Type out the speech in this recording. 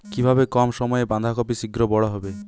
কিভাবে কম সময়ে বাঁধাকপি শিঘ্র বড় হবে?